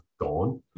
gone